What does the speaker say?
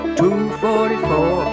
244